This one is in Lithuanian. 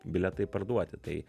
bilietai parduoti tai